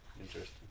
Interesting